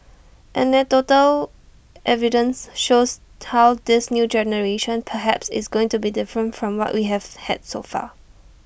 anecdotal evidence shows how this new generation perhaps is going to be different from what we have had so far